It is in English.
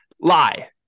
lie